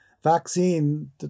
Vaccine